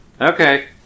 Okay